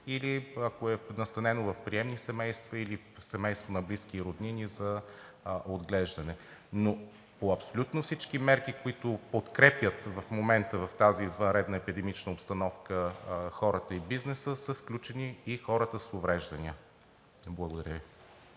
или ако е настанено в приемни семейства или семейства на близки и роднини за отглеждане. По абсолютно всички мерки, които подкрепят в момента в тази извънредна епидемична обстановка хората и бизнеса, са включени и хората с увреждания. Благодаря.